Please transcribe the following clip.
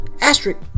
Asterisk